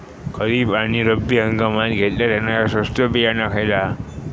खरीप आणि रब्बी हंगामात घेतला जाणारा स्वस्त बियाणा खयला?